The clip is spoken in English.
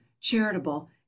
charitable